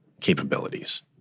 capabilities